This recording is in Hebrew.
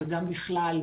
וגם בכלל,